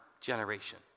generation